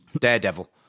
Daredevil